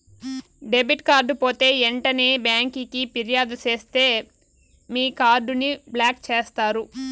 debit card పోతే ఎంటనే బ్యాంకికి ఫిర్యాదు సేస్తే మీ కార్డుని బ్లాక్ చేస్తారు